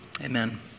Amen